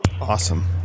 Awesome